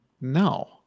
no